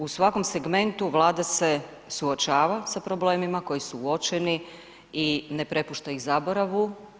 U svakom segmentu Vlada se suočava sa problemima koji su uočeni i ne prepušta ih zaboravu.